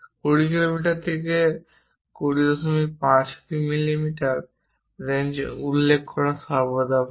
20 থেকে 205 মিমি রেঞ্জ উল্লেখ করা সর্বদা ভাল